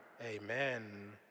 Amen